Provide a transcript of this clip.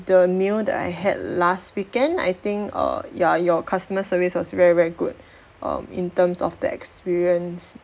the meal that I had last weekend I think err ya your customer service was very very good um in terms of the experience